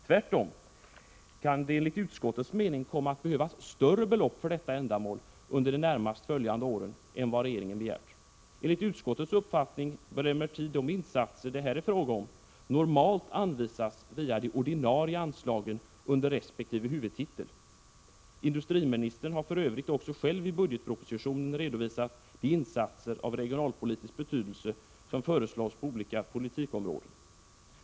Tvärtom kan det enligt utskottets mening komma att behövas större belopp för detta ändamål under de närmast följande åren än vad regeringen begärt. Enligt utskottets uppfattning bör emellertid de insatser det här är fråga om normalt anvisas via de ordinarie anslagen under resp. huvudtitel. Industriministern har för övrigt också själv i budgetpropositionen redovisat de insatser av regionalpolitisk betydelse som föreslås på olika politikområden.